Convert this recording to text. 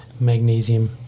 magnesium